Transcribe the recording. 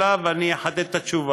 תחדד את השאלה ואני אחדד את התשובה.